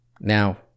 Now